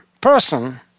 person